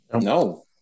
no